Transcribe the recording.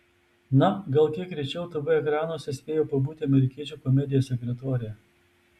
na gal kiek rečiau tv ekranuose spėjo pabūti amerikiečių komedija sekretorė